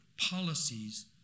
policies